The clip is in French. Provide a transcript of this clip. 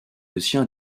dossiers